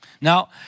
Now